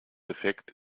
effekt